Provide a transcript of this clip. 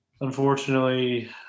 Unfortunately